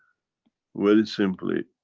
very simply.